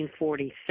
1947